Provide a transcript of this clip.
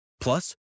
Plus